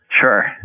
Sure